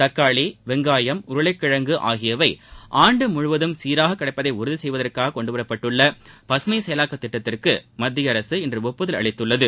தக்காளி வெங்காயம் உருளைக்கிழங்கு ஆகியவை ஆண்டு முழுவதும் சீராக கிடைப்பதை உறுதி செய்வதற்காக கொண்டுவரப்பட்டுள்ள பசுமை செயலாக்கம் திட்டத்திற்கு மத்திய அரசு இன்று ஒப்புதல் அளித்துள்ளது